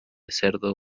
cerdo